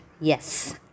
yes